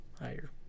higher